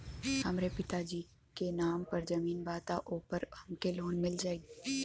हमरे पिता जी के नाम पर जमीन बा त ओपर हमके लोन मिल जाई?